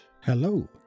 Hello